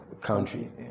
country